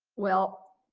well,